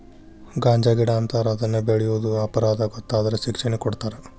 ಗಾಂಜಾಗಿಡಾ ಅಂತಾರ ಇದನ್ನ ಬೆಳಿಯುದು ಅಪರಾಧಾ ಗೊತ್ತಾದ್ರ ಶಿಕ್ಷೆನು ಕೊಡತಾರ